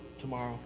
Tomorrow